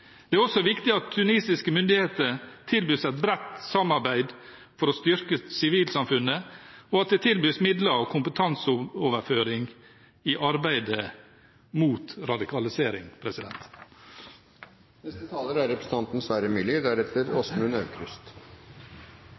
Det er også viktig at tunisiske myndigheter tilbys et bredt samarbeid for å styrke sivilsamfunnet, og at det tilbys midler og kompetanseoverføring i arbeidet mot radikalisering.